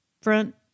front